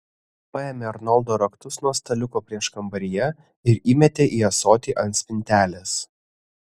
paėmė arnoldo raktus nuo staliuko prieškambaryje ir įmetė į ąsotį ant spintelės